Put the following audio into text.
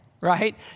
right